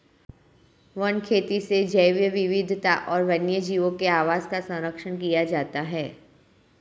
one खेती से जैव विविधता और वन्यजीवों के आवास का सरंक्षण किया जाता है